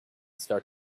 start